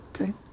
Okay